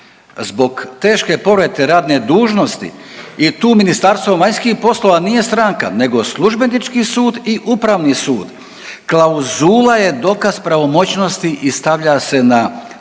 zbog teške povrede radne dužnosti i tu Ministarstvo vanjskih poslova nije stranka nego Službenički sud i Upravni sud. Klauzula je dokaz pravomoćnosti i stavlja se na